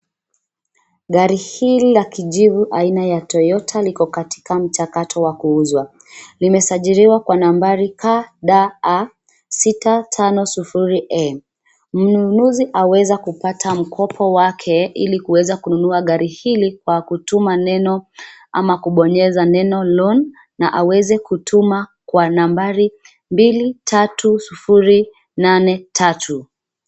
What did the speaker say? Gari hili la kijivu aina ya Toyota liko katika mchakato wa kuuzwa. Limesajiliwa kwa nambari KDA 650M. Mnunuzi aweza kupata mkopo wake ili kuweza kununua gari hili, kwa kutuma neno ama kubonyeza neno loan na aweze kutuma kwa nambari mbili tatu sufuri nane tatu.